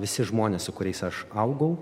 visi žmonės su kuriais aš augau